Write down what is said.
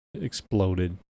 exploded